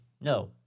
no